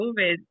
COVID